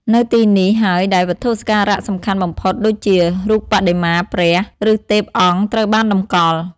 នៅទីនេះហើយដែលវត្ថុសក្ការៈសំខាន់បំផុតដូចជារូបបដិមាព្រះ ឬទេពអង្គត្រូវបានតម្កល់។